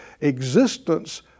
existence